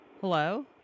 Hello